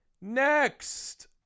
Next